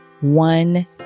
one